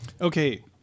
Okay